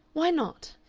why not?